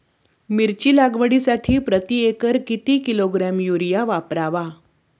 मिरची लागवडीसाठी प्रति एकर किती किलोग्रॅम युरिया वापरावा?